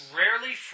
rarely